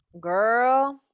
girl